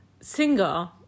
singer